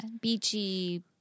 Beachy